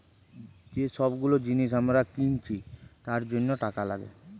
যে সব গুলো জিনিস আমরা কিনছি তার জন্য টাকা লাগে